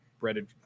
breaded